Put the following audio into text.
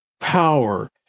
power